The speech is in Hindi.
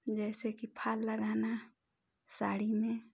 जैसे कि फाल लगाना साड़ी में